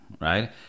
right